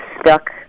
stuck